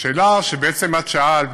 השאלה שבעצם את שאלת,